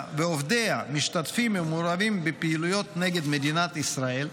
ועובדיה משתתפים ומעורבים בפעילויות נגד מדינת ישראל,